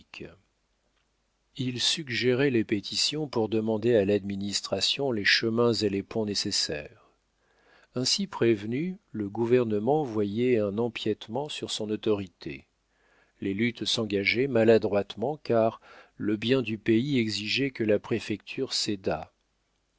il suggérait les pétitions pour demander à l'administration les chemins et les ponts nécessaires ainsi prévenu le gouvernement voyait un empiétement sur son autorité les luttes s'engageaient maladroitement car le bien du pays exigeait que la préfecture cédât